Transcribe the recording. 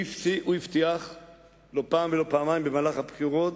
הוא הבטיח לא פעם ולא פעמיים במהלך הבחירות,